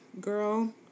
girl